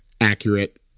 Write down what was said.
accurate